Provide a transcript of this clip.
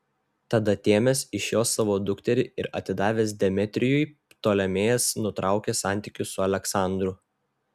tad atėmęs iš jo savo dukterį ir atidavęs demetrijui ptolemėjas nutraukė santykius su aleksandru